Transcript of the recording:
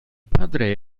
padre